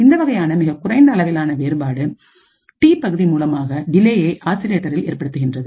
இந்த வகையான மிகக் குறைந்த அளவிலான வேறுபாடு டி பகுதி மூலமாக டிலேயை ஆசிலேட்டரில் ஏற்படுத்துகின்றது